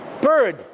bird